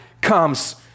comes